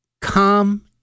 come